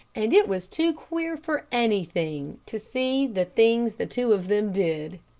and it was too queer for anything to see the things the two of them did.